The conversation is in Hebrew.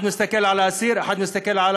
אחד מסתכל על האסיר, אחד מסתכל על